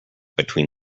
between